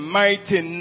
mighty